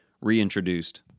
reintroduced